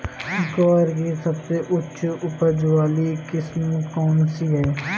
ग्वार की सबसे उच्च उपज वाली किस्म कौनसी है?